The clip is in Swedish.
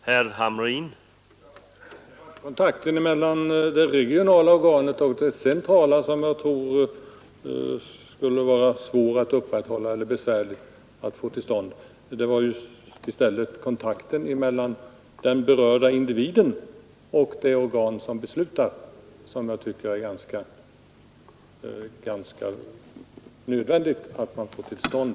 Herr talman! Det var inte kontakten mellan det regionala organet och det centrala som jag tror skulle vara svår att upprätthålla eller besvärlig att få till stånd. I stället var det kontakten mellan den berörda individen och det organ som beslutar som jag tycker det är ganska nödvändigt att få till stånd.